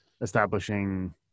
establishing